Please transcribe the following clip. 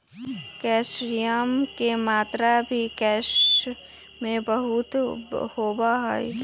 calcium के मात्रा भी स्क्वाश में बहुत होबा हई